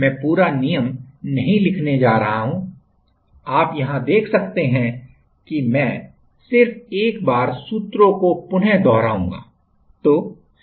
मैं पूरा नियम नहीं लिखने जा रहा हूं आप यहां देख सकते हैं कि मैं सिर्फ एक बार सूत्रों को पुन दोहराऊंगा